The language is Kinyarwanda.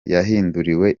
yahinduriwe